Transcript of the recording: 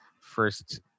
first